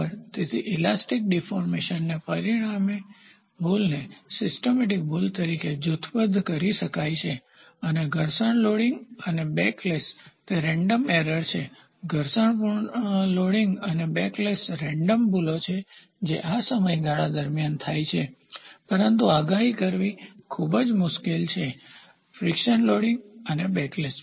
તેથી ઈલાસ્ટિક ડીફોર્મશનને પરિણામી ભૂલને સિસ્ટમિક ભૂલ તરીકે જૂથબદ્ધ કરી શકાય છે અને ઘર્ષણ લોડિંગ અને બેકલેશ તે રેન્ડમ એરર છે ઘર્ષણપૂર્ણ લોડિંગ અને બેકલેશ રેન્ડમ ભૂલ છે જે આ સમયગાળા દરમિયાન થાય છે પરંતુ આગાહી કરવી ખૂબ મુશ્કેલ છે ફ્રિકશનઘર્ષણ લોડિંગ અને બેકલેશ ભૂલ